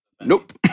Nope